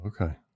Okay